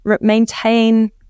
maintain